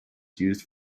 used